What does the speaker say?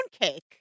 cake